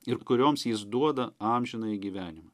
ir kurioms jis duoda amžinąjį gyvenimą